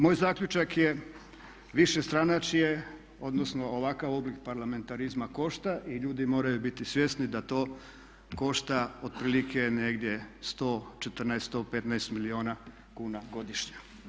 Moj zaključak je višestranačje, odnosno ovakav oblik parlamentarizma košta i ljudi moraju biti svjesni da to košta otprilike negdje 114, 115 milijuna kuna godišnje.